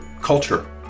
culture